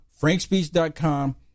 frankspeech.com